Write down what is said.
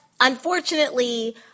unfortunately